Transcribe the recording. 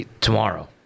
tomorrow